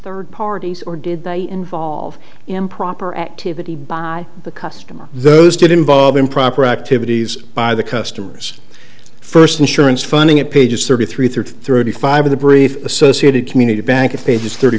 third parties or did they involve improper activity by the customer those did involve improper activities by the customers first insurance funding at page thirty three hundred thirty five of the brief associated community bank of faders thirty